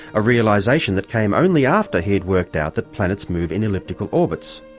a realisation that came only after he had worked out that planets move in elliptical orbits.